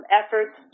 efforts